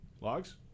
logs